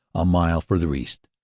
a mile further east.